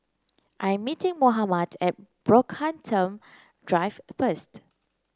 I am meeting Mohamed at Brockhampton Drive first